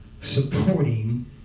supporting